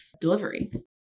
delivery